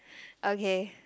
okay